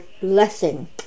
blessing